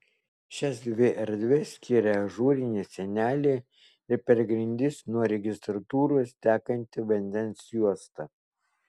šias dvi erdves skiria ažūrinė sienelė ir per grindis nuo registratūros tekanti vandens juosta